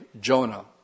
Jonah